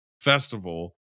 festival